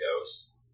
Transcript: ghosts